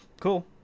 cool